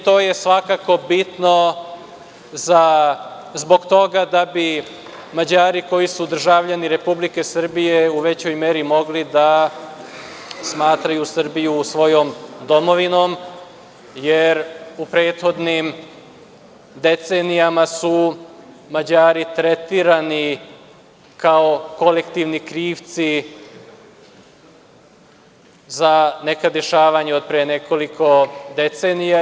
To je svakako bitno zbog toga da bi Mađari koji su državljani Republike Srbije u većoj meri mogli da smatraju Srbiju svojom domovinom, jer u prethodnim decenijama su Mađari tretirani kao kolektivni krivci za neka dešavanja od pre nekoliko decenija.